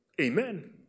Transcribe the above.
Amen